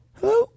Hello